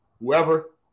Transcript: whoever